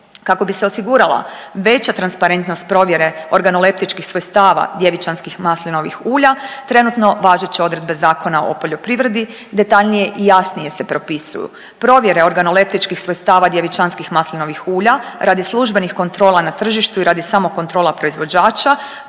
Kako bi se osiguravala veća transparentnost provjere organoleptičkih svojstava djevičanskih maslinovih ulja, trenutno važeće odredbe Zakona o poljoprivredi detaljnije i jasnije se propisuju. Provjere organoleptičkih svojstava djevičanskih maslinovih ulja radi službenih kontrola na tržištu i radi samokontrola proizvođača,